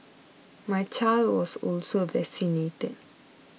my child was also vaccinated